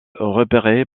repéré